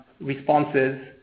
responses